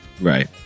Right